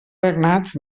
bernat